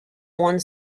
one